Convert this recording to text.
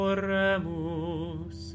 Oremus